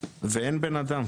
ואין בן אדם.